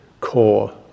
core